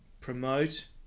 promote